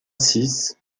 six